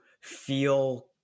feel